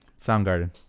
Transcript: Soundgarden